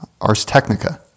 arstechnica